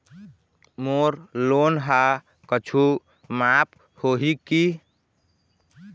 मोर loan हा कुछू माफ होही की?